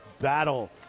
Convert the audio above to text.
battle